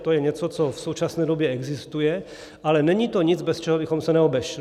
To je něco, co v současné době existuje, ale není to nic, bez čeho bychom se neobešli.